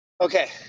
Okay